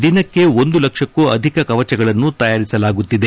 ದಿನಕ್ಕೆ ಒಂದು ಲಕ್ಷಕ್ಕೂ ಅಧಿಕ ಕವಚಗಳನ್ನು ತಯಾರಿಸಲಾಗುತ್ತಿದೆ